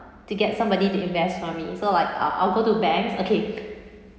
to get somebody to invest for me so like I'll I'll go to banks okay